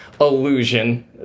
illusion